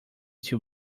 two